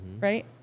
right